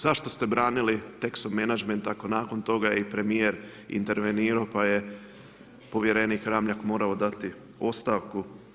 Zašto ste branili Texo Management ako je nakon toga i premijer intervenirao pa je povjerenik Ramljak morao dati ostavku?